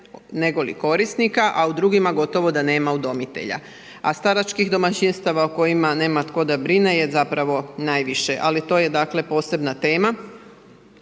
nego li korisnika, a u drugima gotovo da nema udomitelja, a staračkih domaćinstava o kojima nema tko da brine je zapravo najviše, ali to je dakle posebna tema.